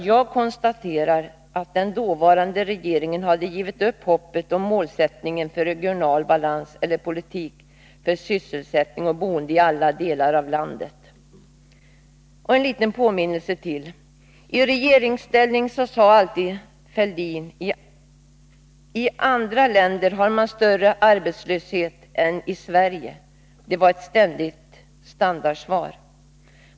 Jag konstaterar att den dåvarande regeringen hade givit upp hoppet om målsättningen för regional balans eller politik för sysselsättning och boende i alla delar av landet. En liten påminnelse till. I regeringsställning sade alltid Thorbjörn Fälldin: I andra länder har man större arbetslöshet än i Sverige. Det var ett standardsvar.